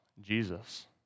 Jesus